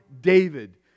David